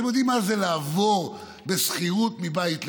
אתם יודעים מה זה לעבור בשכירות, מבית לבית?